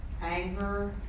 anger